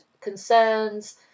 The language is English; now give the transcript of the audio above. concerns